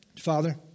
Father